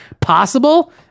possible